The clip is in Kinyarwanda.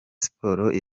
sports